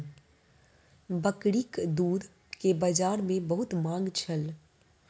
बकरीक दूध के बजार में बहुत मांग छल